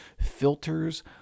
filters